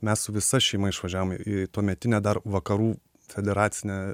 mes su visa šeima išvažiavom į tuometinę dar vakarų federacinę